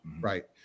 right